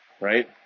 right